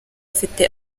afite